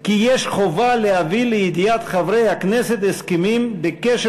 כי יש חובה להביא לידיעת חברי הכנסת הסכמים בקשר